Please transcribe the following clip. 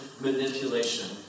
manipulation